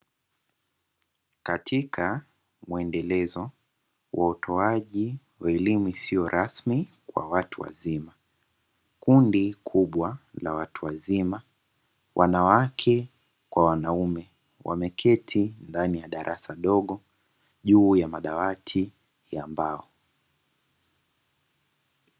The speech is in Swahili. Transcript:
Katika muendelezo wa utoaji wa elimu isiyo rasmi kwa watu wazima kundi kubwa la watu wazima, wanawake kwa wanaume wameketi ndani ya darasa dogo juu ya madawati ya mbao.